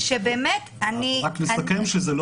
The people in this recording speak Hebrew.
אבל אני לא מכחיש שיש פה גם עניין של תשתיות רעועות